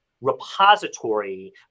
repository